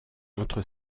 entre